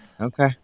Okay